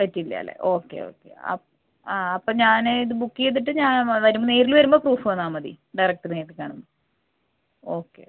പറ്റില്ലാല്ലെ okay okay അപ്പം ആ അപ്പം ഞാൻ ഇത് ബുക്ക് ചെയ്തിട്ട് ഞാൻ വരു നേരിൽ വരുമ്പോൾ പ്രൂഫന്നാൽ മതി ഡയറക്റ്റ് നേരിൽ കാണുമ്പം ഓക്കെ